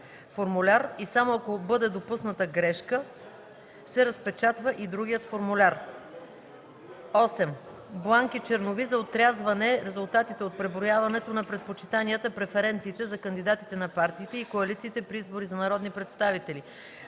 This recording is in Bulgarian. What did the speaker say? формуляр и само ако бъде допусната грешка, се разпечатва и другият формуляр; 8. бланки-чернови за отразяване резултатите от преброяването на предпочитанията (преференциите) за кандидатите на партиите и коалициите при избори за народни представители,